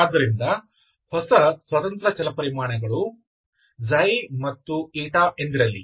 ಆದ್ದರಿಂದ ಹೊಸ ಸ್ವತಂತ್ರ ಚಲಪರಿಮಾಣಗಳು ξ ಮತ್ತು η ಎಂದಿರಲಿ